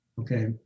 Okay